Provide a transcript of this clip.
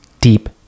deep